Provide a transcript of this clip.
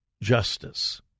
justice